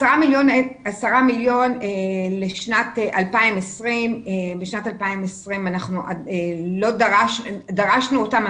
10 מיליון לשנת 2020. בשנת 2020 דרשנו אותם,